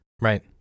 Right